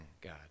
God